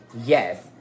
Yes